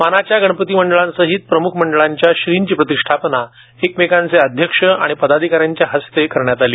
मानाच्या गणपती मंडळांसहीत प्रमुख मंडळांच्या श्रींची प्रतिष्ठापना एकमेकांचे अध्यक्ष आणि पदाधिकाऱ्यांच्या हस्ते करण्यात आली